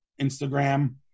Instagram